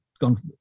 gone